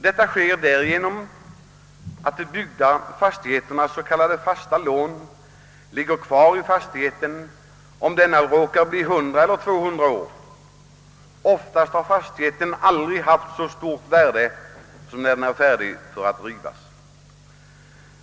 Detta sker därigenom att de byggda fastigheternas s.k. fasta lån ligger kvar i fastigheten även om denna råkar bli 100 eller 200 år. Oftast har den aldrig haft så stort värde som när den är färdig att rivas.